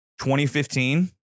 2015